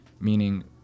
meaning